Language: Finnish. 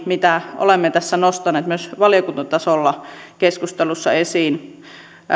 mitä olemme tässä nostaneet myös valiokuntatasolla keskustelussa esiin